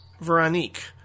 Veronique